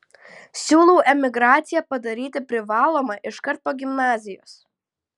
siūlau emigraciją padaryti privalomą iškart po gimnazijos